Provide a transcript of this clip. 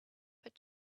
but